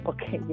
Okay